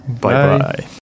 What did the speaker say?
Bye-bye